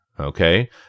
Okay